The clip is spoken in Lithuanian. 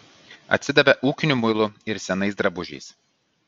atsidavė ūkiniu muilu ir senais drabužiais